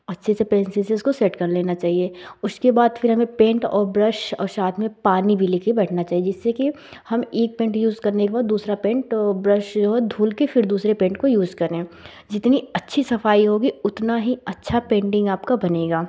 अच्छे से पेंसिल से उसको सेट कर लेना चाहिए उसके बाद फ़िर हमें पेंट और ब्रश और साथ में पानी भी लेकर बैठना चाहिए जिससे कि हम एक पेंट यूज़ करने के बाद दूसरा पेंट ब्रश धुलकर फ़िर दूसरे पेंट को यूज़ करें जितनी अच्छी सफ़ाई होगी उतना ही अच्छा पेंटिंग आपका बनेगा